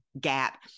gap